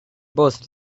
both